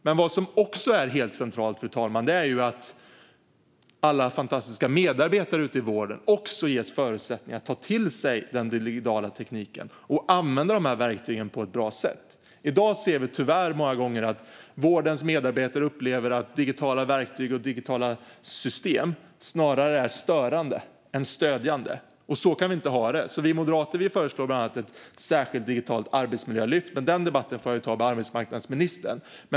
Men vad som också är helt centralt, fru talman, är att alla fantastiska medarbetare ute i vården ges förutsättningar att ta till sig den digitala tekniken och använda de här verktygen på ett bra sätt. I dag ser vi tyvärr många gånger att vårdens medarbetare upplever att digitala verktyg och digitala system snarare är störande än stödjande. Så kan vi inte ha det. Vi moderater föreslår bland annat ett särskilt digitalt arbetsmiljölyft, men den debatten får jag ta med arbetsmarknadsministern.